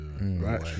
right